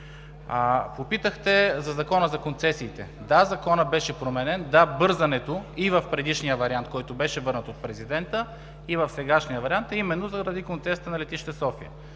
Попитахте за Закона за концесиите. Да, Законът беше променен, да бързането и в предишния вариант, който беше върнат от президента, и в сегашния вариант е именно заради концесията на Летище София,